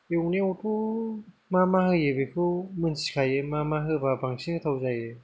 एवनायावथ' मा माखौ मिनथिखायो मा मा होबा बांसिन गोथाव जायो